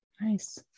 nice